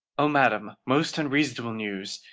o madam, most unseasonable news,